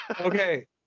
Okay